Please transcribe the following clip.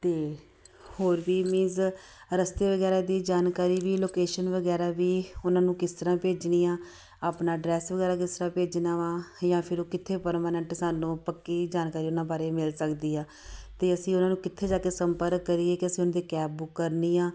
ਅਤੇ ਹੋਰ ਵੀ ਮੀਨਸ ਰਸਤੇ ਵਗੈਰਾ ਦੀ ਜਾਣਕਾਰੀ ਵੀ ਲੋਕੇਸ਼ਨ ਵਗੈਰਾ ਵੀ ਉਹਨਾਂ ਨੂੰ ਕਿਸ ਤਰ੍ਹਾਂ ਭੇਜਣੀ ਆ ਆਪਣਾ ਐਡਰੈੱਸ ਵਗੈਰਾ ਕਿਸ ਤਰ੍ਹਾਂ ਭੇਜਣਾ ਵਾ ਜਾਂ ਫਿਰ ਉਹ ਕਿੱਥੇ ਪਰਮਾਨੈਂਟ ਸਾਨੂੰ ਪੱਕੀ ਜਾਣਕਾਰੀ ਉਹਨਾਂ ਬਾਰੇ ਮਿਲ ਸਕਦੀ ਆ ਅਤੇ ਅਸੀਂ ਉਹਨਾਂ ਨੂੰ ਕਿੱਥੇ ਜਾ ਕੇ ਸੰਪਰਕ ਕਰੀਏ ਕਿ ਅਸੀਂ ਉਹਨਾਂ ਦੀ ਕੈਬ ਬੁੱਕ ਕਰਨੀ ਆ